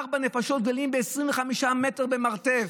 ארבע נפשות גרים ב-25 מטר במרתף.